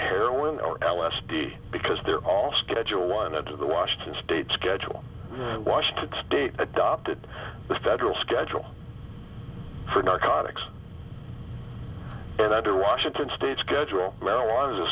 heroin or l s d because they're all schedule one into the washington state schedule washed state adopted the federal schedule for narcotics and other washington state schedule marijuana is a